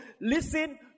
Listen